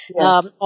Yes